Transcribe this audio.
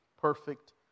perfect